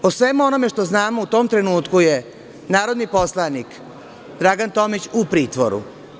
Po svemu onome što znamo, u tom trenutku je narodni poslanik Dragan Tomić u pritvoru.